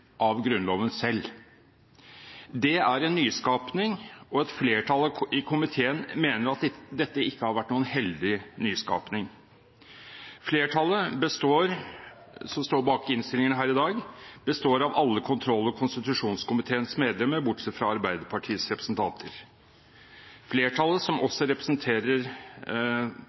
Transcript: av Grunnloven selv. Det er en nyskaping, og et flertall i komiteen mener at dette ikke har vært noen heldig nyskaping. Flertallet som står bak innstillingen her i dag, består av alle kontroll- og konstitusjonskomiteens medlemmer, bortsett fra Arbeiderpartiets representanter. Flertallet, som også representerer